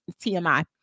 TMI